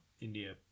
India